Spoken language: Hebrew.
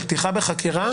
לפתיחה בחקירה